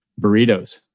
Burritos